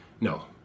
No